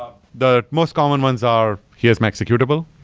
ah the most commons ones are, here's my executable.